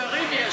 מבוגרים יש שם.